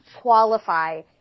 qualify